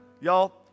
Y'all